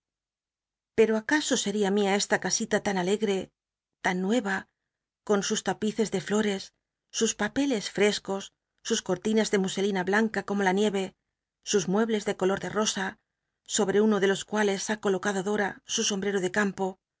por acaso seria mia esta casila tan alegte tan nu con sus tnpices de llotcs sus papeles frescos sus carl inas de muselina blanca como la nicre sus muebles de color de tosa sobre uno de los cuales ha colocado dora su somlwero de campo